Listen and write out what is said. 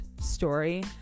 story